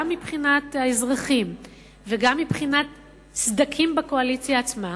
גם מבחינת האזרחים וגם מבחינת סדקים בקואליציה עצמה,